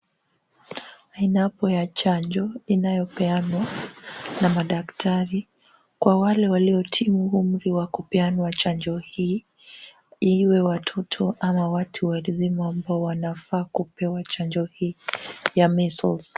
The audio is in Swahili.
Ainapo ya chanjo inayopeanwa na madaktari kwa wale waliotimu umri wa kupeanwa chanjo hii iwe watoto ama watu wazima ambao wanafaa kupewa chanjo hii ya measles.